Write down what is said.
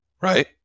right